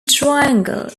triangle